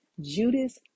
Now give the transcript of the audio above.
Judas